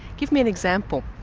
give me an example.